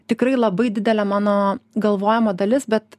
tikrai labai didelė mano galvojimo dalis bet